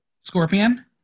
Scorpion